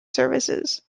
services